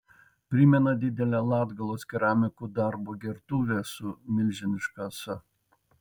primena didelę latgalos keramikų darbo gertuvę su milžiniška ąsa